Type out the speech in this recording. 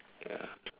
ya